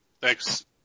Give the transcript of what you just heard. Thanks